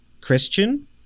Christian